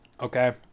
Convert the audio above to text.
okay